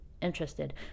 interested